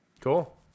Cool